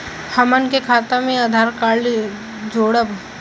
हमन के खाता मे आधार कार्ड जोड़ब?